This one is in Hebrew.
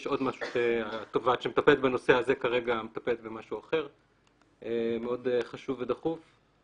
יש עוד משהו שהתובעת שמטפלת בנושא הזה כרגע מטפלת במשהו אחר חשוב ודחוף.